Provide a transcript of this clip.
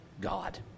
God